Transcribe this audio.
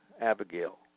Abigail